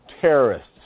terrorists